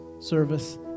service